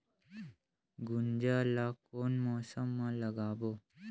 गुनजा ला कोन मौसम मा लगाबो?